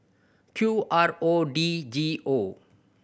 Q R O D G O